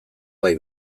bai